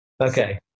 Okay